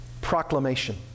Proclamation